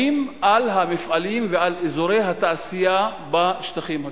על המפעלים ועל אזורי התעשייה בשטחים הכבושים,